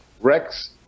rex